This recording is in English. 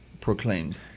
proclaimed